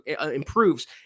improves